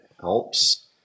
helps